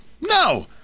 No